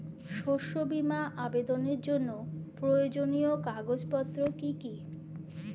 শস্য বীমা আবেদনের জন্য প্রয়োজনীয় কাগজপত্র কি কি?